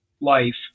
life